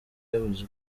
yabuze